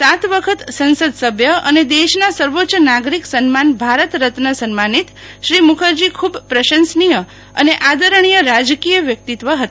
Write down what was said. સાત વખત સંસદસભ્ય અને દેશના સર્વોચ્ય નાગરિક સન્માન ભારત રત્ન સન્માનીત શ્રી મુખરજી ખૂબ પ્રશંસનીય અને આદરણીય રાજકીય વ્યક્તિત્વ હતા